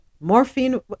morphine